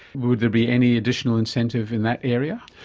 would there be any additional incentive in that area?